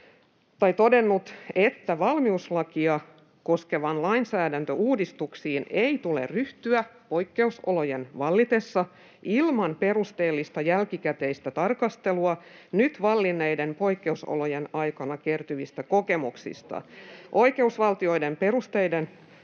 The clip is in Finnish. ”Valmiuslakia koskeviin lainsäädäntöuudistuksiin ei tule ryhtyä poikkeusolojen vallitessa ilman perusteellista jälkikäteistä tarkastelua nyt vallitsevien poikkeusolojen aikana kertyvistä kokemuksista. [Ben Zyskowicz: